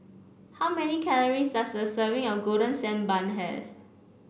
how many calories does a serving of Golden Sand Bun have